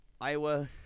Iowa